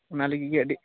ᱚᱱᱟ ᱞᱟᱹᱜᱤᱫ ᱜᱮ ᱟᱹᱰᱤ